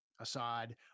Assad